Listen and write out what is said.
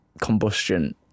combustion